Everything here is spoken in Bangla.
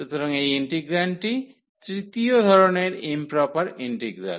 সুতরাং এই ইন্টিগ্রান্ডটি তৃতীয় ধরণের ইম্প্রপার ইন্টিগ্রাল